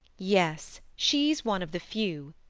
yes she's one of the few.